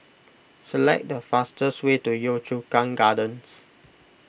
select the fastest way to Yio Chu Kang Gardens